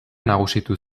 nagusitu